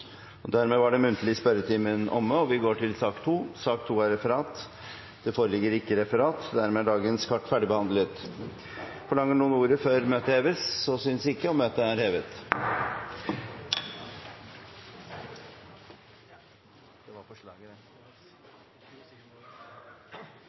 Dermed er den muntlige spørretimen omme. Det foreligger ikke noe referat. Dermed er dagens kart ferdigbehandlet. Forlanger noen ordet før møtet heves? Så synes ikke. – Møtet er hevet.